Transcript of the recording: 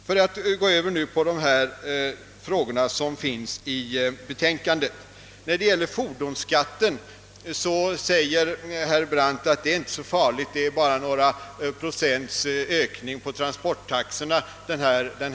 Jag går så över till de frågor som behandlas i betänkandet. Herr Brandt säger att fordonsbeskattningen inte är så farlig och att den nya skattehöjningen bara medför några procents ökning av transporttaxorna.